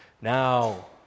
now